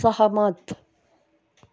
सहमत